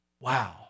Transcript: Wow